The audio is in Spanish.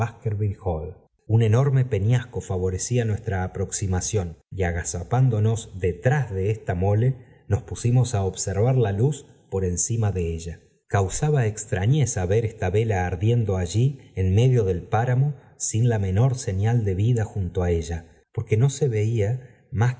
tjft enorme peñasco favorecía nuestra aproximación y agazapándolos detrás de esta mole nos pusimos á observar la luz por encima de ella causaba extrañeza ver esta vela ardiendo allí en medio del páramo sin la menor señal de vida junto á ella porque no se veía más